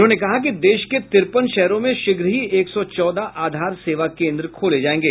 उन्होंने कहा कि देश के तिरपन शहरों में शीघ्र ही एक सौ चौदह आधार सेवा केन्द्र खोले जायेंगे